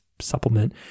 supplement